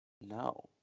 no